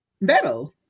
metal